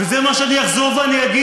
עכשיו, וזה מה שאני אחזור ואגיד.